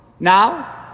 now